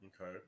Okay